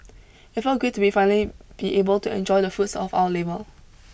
it felt great to be finally be able to enjoy the fruits of our labour